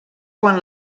quan